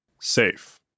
Safe